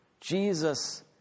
Jesus